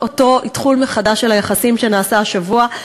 אותו אתחול מחדש של היחסים שנעשה השבוע.